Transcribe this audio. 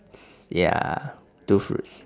~s ya two fruits